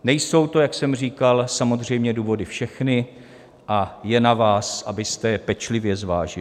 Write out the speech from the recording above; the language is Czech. Nejsou to, jak jsem říkal, samozřejmě důvody všechny a je na vás, abyste je pečlivě zvážili.